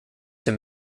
him